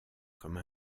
comme